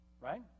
right